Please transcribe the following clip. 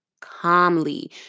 calmly